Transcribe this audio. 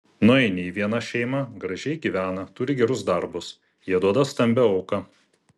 nueini į vieną šeimą gražiai gyvena turi gerus darbus jie duoda stambią auką